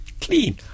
clean